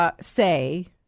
say